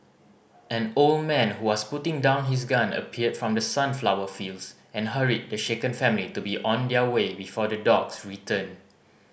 an old man who was putting down his gun appeared from the sunflower fields and hurried the shaken family to be on their way before the dogs return